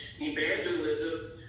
evangelism